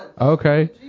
Okay